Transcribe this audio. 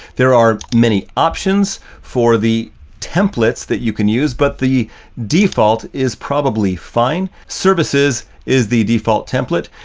there are many options for the templates that you can use, but the default is probably fine. services is the default template.